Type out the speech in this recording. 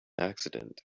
accident